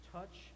Touch